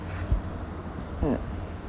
mm